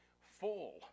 full